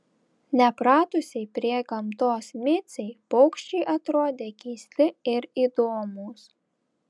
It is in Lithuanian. nepratusiai prie gamtos micei paukščiai atrodė keisti ir įdomūs